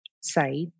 side